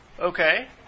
Okay